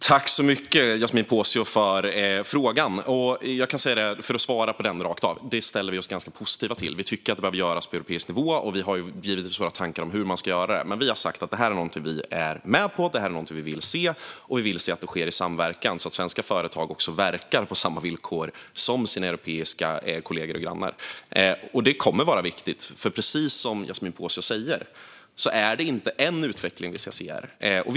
Fru talman! Tack, Yasmine Posio, för frågan! Låt mig svara på den rakt av: Det ställer vi oss positiva till. Vi tycker att det behöver göras på europeisk nivå, och vi har givetvis tankar om hur man ska göra det. Vi har dock sagt att det är något som vi är med på och som vi vill se. Vi vill dessutom att det sker i samverkan så att svenska företag verkar på samma villkor som deras europeiska kollegor och grannar. Detta kommer att vara viktigt. Precis som Yasmine Posio säger ska utvecklingen inte ske på bara ett sätt.